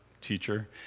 teacher